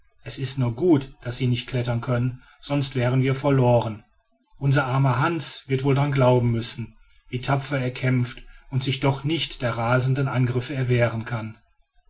es ist nur gut daß sie nicht klettern können sonst währen wir verloren unser armer hans wird wohl daran glauben müssen wie tapfer er kämpft und sich doch nicht der rasenden angriffe erwehren kann